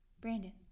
Brandon